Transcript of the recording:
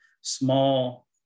small